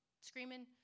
screaming